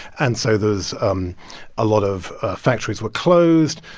and so there's um a lot of factories were closed,